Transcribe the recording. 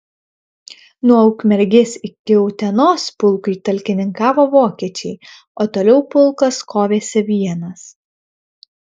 nuo ukmergės iki utenos pulkui talkininkavo vokiečiai o toliau pulkas kovėsi vienas